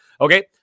Okay